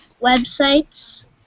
websites